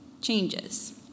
changes